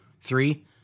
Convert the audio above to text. three